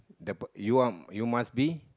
the p~ you are you must be